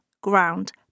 ground